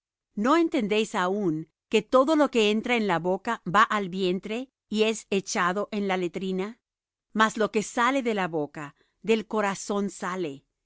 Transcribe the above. no entendéis aún que todo lo que entra en la boca va al vientre y es echado en la letrina mas lo que sale de la boca del corazón sale